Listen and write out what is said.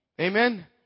Amen